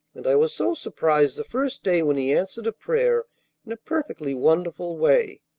and i was so surprised the first day when he answered a prayer in a perfectly wonderful way.